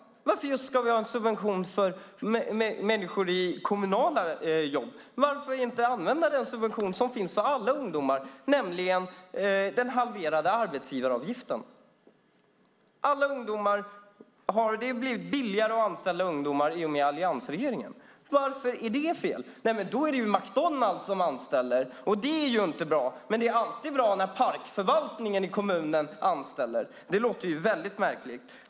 Varför ska vi ha en subvention för människor i kommunala jobb? Varför inte använda den subvention som finns för alla ungdomar, nämligen den halverade arbetsgivaravgiften? I och med Alliansregeringen har det blivit billigare att anställa ungdomar. Varför är det fel? Nej, då är det McDonalds som anställer, och det är ju inte bra. Däremot är det alltid bra när kommunens parkförvaltning anställer. Detta låter väldigt märkligt!